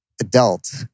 adult